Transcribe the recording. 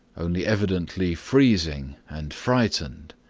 only evidently freezing and frightened,